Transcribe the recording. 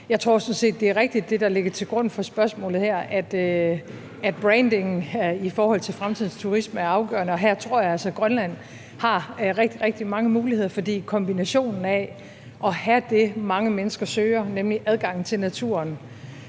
for spørgsmålet her, er rigtigt, altså at brandingen i forhold til fremtidens turisme er afgørende, og her tror jeg altså, at Grønland har rigtig, rigtig mange muligheder. For kombinationen af at have det, mange mennesker søger, nemlig adgangen til naturen